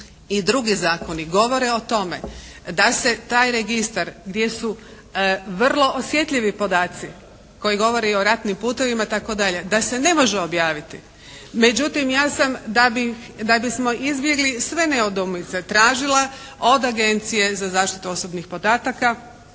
i drugi zakoni govore o tome da se taj registar gdje su vrlo osjetljivi podaci koji govore i o ratnim putovima i tako dalje, da se ne može objaviti. Međutim ja sam da bi, da bismo izbjegli sve nedoumice tražila od Agencije za zaštitu osobnih podataka